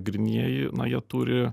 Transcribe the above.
grynieji na jie turi